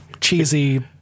cheesy